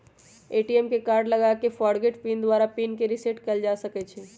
ATM में card लगा कऽ फ़ॉरगोट पिन द्वारा पिन के रिसेट कएल जा सकै छै